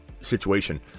situation